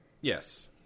Yes